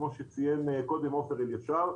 כמו שציין קודם עופר אלישר,